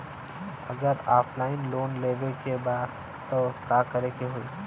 अगर offline loan लेवे के बा त का करे के होयी?